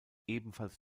ebenfalls